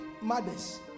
Mothers